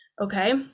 okay